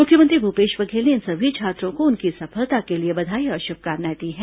मुख्यमंत्री भूपेश बघेल ने इन सभी छात्रों को उनकी सफलता के लिए बधाई और शुभकामनाएं दी हैं